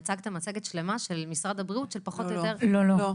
והצגתם מצגת שלמה של משרד הבריאות שפחות או יותר --- לא.